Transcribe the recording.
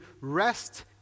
rest